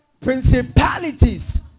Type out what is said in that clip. principalities